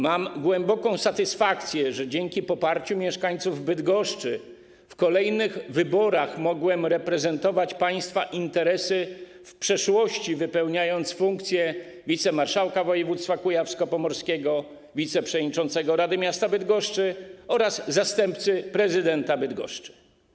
Mam głęboką satysfakcję, że dzięki poparciu mieszkańców Bydgoszczy w kolejnych wyborach mogłem reprezentować państwa interesy, w przeszłości pełniąc funkcje wicemarszałka województwa kujawsko-pomorskiego, wiceprzewodniczącego Rady Miasta Bydgoszczy oraz zastępcy prezydenta Bydgoszczy.